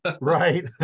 Right